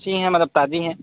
अच्छी हैं मतलब ताज़ी हैं